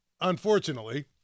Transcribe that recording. unfortunately